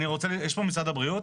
יש פה משרד הבריאות?